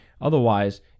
Otherwise